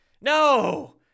No